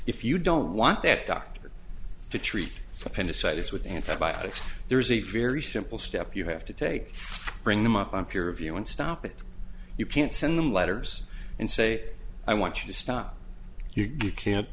if you don't want that doctor to treat appendicitis with antibiotics there's a very simple step you have to take bring them up on peer review and stop it you can't send them letters and say i want you to stop you can't